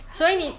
所以你